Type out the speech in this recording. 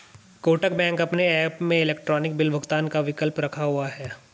Kotak bank अपने app में electronic bill भुगतान का विकल्प रखा हुआ है